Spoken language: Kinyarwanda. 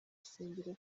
gusengera